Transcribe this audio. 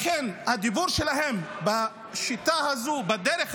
לכן, הדיבור שלהם בשיטה הזו, בדרך הזו,